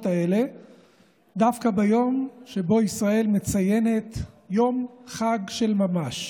האלה דווקא ביום שבו ישראל מציינת יום חג של ממש.